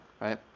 right